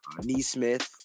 Neesmith